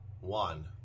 one